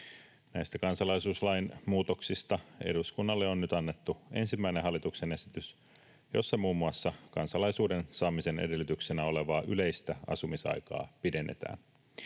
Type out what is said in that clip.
Näistä kansalaisuuslain muutoksista eduskunnalle on nyt annettu ensimmäinen hallituksen esitys, jossa muun muassa kansalaisuuden saamisen edellytyksenä olevaa yleistä asumisaikaa pidennetään.